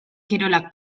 kirolak